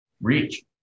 reach